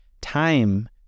time